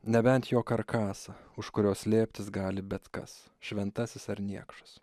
nebent jo karkasą už kurio slėptis gali bet kas šventasis ar niekšas